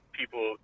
people